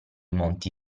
monti